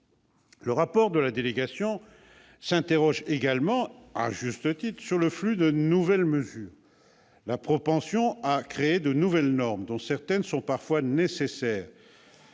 le rapport de votre délégation. Vous vous interrogez également, à juste titre, sur le flux des nouvelles mesures. La propension à créer de nouvelles normes, dont certaines sont parfois nécessaires,